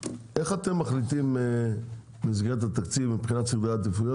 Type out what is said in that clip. איך אתם מחליטים במסגרת התקציב ומבחינת סדרי עדיפויות,